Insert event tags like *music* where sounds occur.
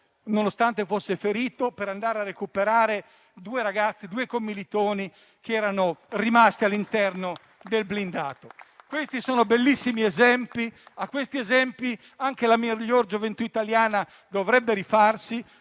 nonostante fosse ferito, per andare a recuperare due ragazze, due commilitoni, che erano rimaste all'interno del blindato. *applause* Questi sono i bellissimi esempi ai quali anche la migliore gioventù italiana dovrebbe rifarsi,